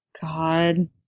God